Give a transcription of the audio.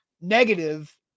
negative